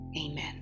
amen